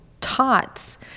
tots